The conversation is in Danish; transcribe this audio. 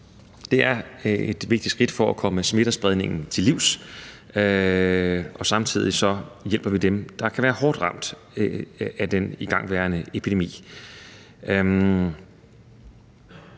Det er et vigtigt skridt for at komme smittespredningen til livs, og samtidig hjælper vi dem, der kan være hårdt ramt af den igangværende epidemi.